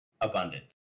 abundant